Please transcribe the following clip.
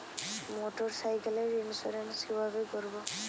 মোটরসাইকেলের ইন্সুরেন্স কিভাবে করব?